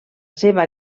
seva